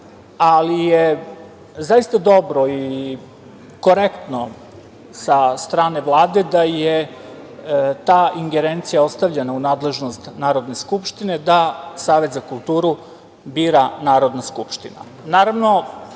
ali je zaista dobro i korektno od strane Vlade da je ta ingerencija ostavljena u nadležnost Narodne skupštine, da Savet za kulturu bira Narodna skupština. Naravno,